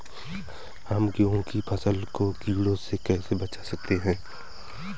हम गेहूँ की फसल को कीड़ों से कैसे बचा सकते हैं?